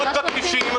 בכבישים,